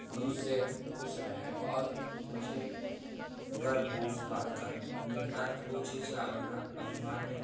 मुझसे खुश रहें और मुझे गर्व हो उस बात का मुझे हर वो चीज का अभिमान है